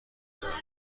دادند